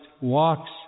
walks